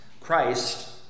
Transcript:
Christ